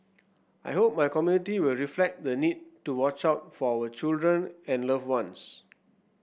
I hope my community will reflect the need to watch out for our children and loved ones